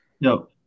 Nope